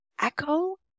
echo